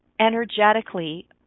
energetically